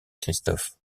christophe